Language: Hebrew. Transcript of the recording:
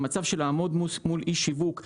למצב של לעמוד מול איש שיווק,